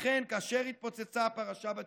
לכן, כאשר התפוצצה הפרשה בתקשורת,